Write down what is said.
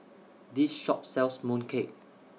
This Shop sells Mooncake